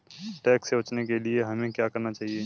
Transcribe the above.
Tax से बचने के लिए हमें क्या करना चाहिए?